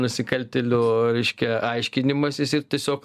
nusikaltėlių reiškia aiškinimasis ir tiesiog